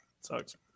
sucks